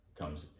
comes